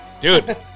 dude